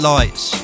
Lights